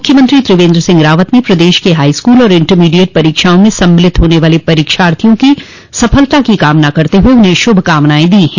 मुख्यमंत्री त्रिवेन्द्र सिंह रावत ने प्रदेश के हाईस्कूल और इण्टरमीडिएट की परीक्षाओं में सम्मिलित होने वाले परीक्षार्थियों की सफलता की कामना करते हए उन्हें श्रभकामनाएं दी है